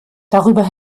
darüber